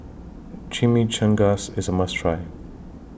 Chimichangas IS A must Try